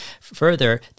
Further